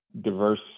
diverse